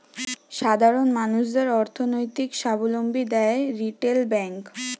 সাধারণ মানুষদের অর্থনৈতিক সাবলম্বী দ্যায় রিটেল ব্যাংক